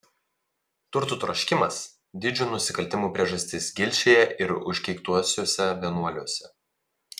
turtų troškimas didžių nusikaltimų priežastis gilšėje ir užkeiktuosiuose vienuoliuose